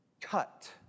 cut